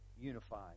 unified